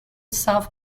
south